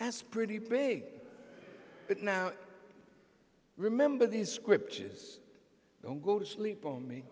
that's pretty big but now remember these scriptures don't go to sleep on me